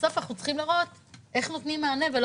ובסוף אנחנו צריכים לראות איך נותנים מענה ולא